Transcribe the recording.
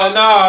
no